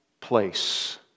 place